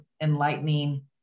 enlightening